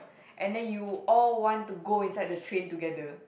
and then you all want to go inside the train together